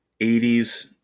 80s